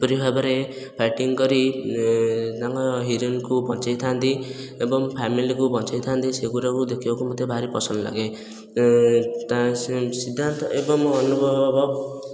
ଯେପରି ଭାବରେ ଫାଇଟିଙ୍ଗ କରି ତାଙ୍କ ହିରୋଇନକୁ ବଞ୍ଚେଇଥାନ୍ତି ଏବଂ ଫ୍ୟାମିଲିକୁ ବଞ୍ଚେଇଥାନ୍ତି ସେଗୁଡ଼ାକୁ ଦେଖିବାକୁ ମୋତେ ଭାରି ପସନ୍ଦ ଲାଗେ ସିଦ୍ଧାନ୍ତ ଏବଂ ଅନୁଭବର